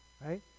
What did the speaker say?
right